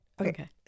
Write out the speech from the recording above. Okay